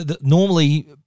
Normally